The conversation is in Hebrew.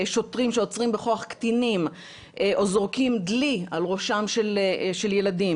שוטרים שעוצרים בכוח קטינים או זורקים דלי על ראשם של ילדים,